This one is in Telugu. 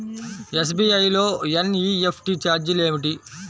ఎస్.బీ.ఐ లో ఎన్.ఈ.ఎఫ్.టీ ఛార్జీలు ఏమిటి?